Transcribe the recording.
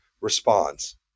responds